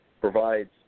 provides